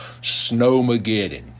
Snowmageddon